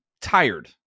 tired